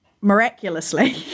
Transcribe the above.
miraculously